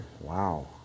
Wow